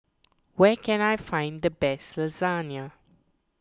where can I find the best Lasagna